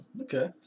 Okay